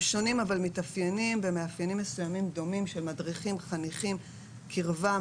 שונים אבל הם מתאפיינים במאפיינים דומים של מדריכים-חניכים: קרבה,